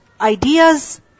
ideas